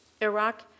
Iraq